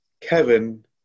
kevin